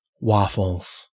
waffles